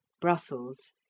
Brussels